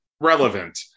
relevant